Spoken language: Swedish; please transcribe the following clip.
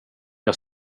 jag